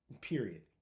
period